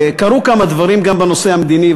קרו כמה דברים גם בנושא המדיני,